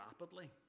rapidly